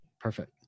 Perfect